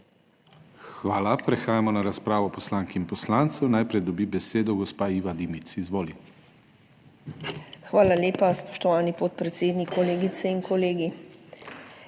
Hvala. Prehajamo na razpravo poslank in poslancev. Najprej dobi besedo gospa Iva Dimic. IVA DIMIC (PS NSi): Izvoli. Hvala lepa, spoštovani podpredsednik! Kolegice in kolegi!